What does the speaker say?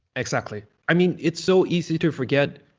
exactly. i mean, it's so easy to forget.